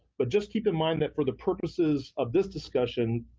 but just keep in mind that for the purposes of this discussion,